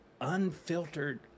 unfiltered